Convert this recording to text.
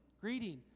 greeting